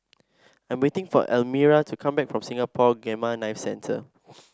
I'm waiting for Elmyra to come back from Singapore Gamma Knife Centre